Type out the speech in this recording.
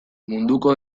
munduko